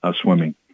swimming